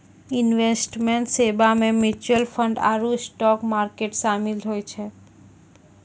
investment सेबा मे mutual fund आरु स्टाक मार्केट शामिल होय छै